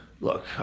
Look